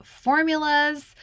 formulas